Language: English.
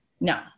No